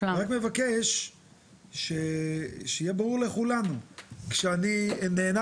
אני רק מבקש שיהיה ברור לכולנו שכשאני נענה